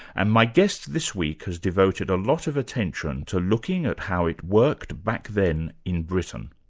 and my guest this week has devoted a lot of attention to looking at how it worked back then in britain.